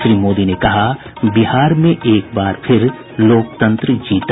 श्री मोदी ने कहा बिहार में एक बार फिर लोकतंत्र जीता